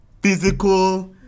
physical